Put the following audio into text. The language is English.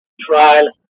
trial